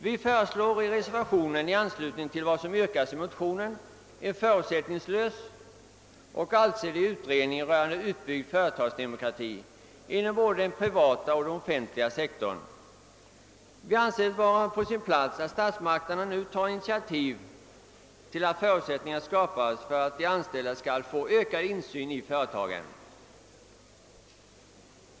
Vi föreslår i reservationen i anslutning till vad som yrkas i motionen en förutsättningslös och allsidig utredning rörande utbyggd företagsdemokrati inom både den privata och den offentliga sektorn. Vi anser det vara på sin plats att statsmakterna nu tar initiativ till att förutsättningar skapas för att de anställda skall få ökad insyn i företagen.